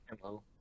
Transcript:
Hello